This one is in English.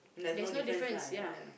there's no difference ya